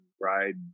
ride